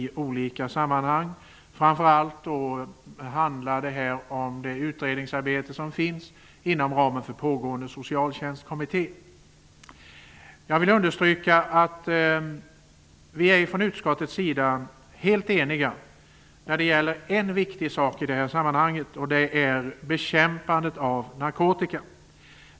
Det handlar framför allt om utredningsarbetet inom ramen för Jag vill understryka att vi från utskottets sida är helt eniga när det gäller en viktig sak, och det är bekämpandet av narkotika.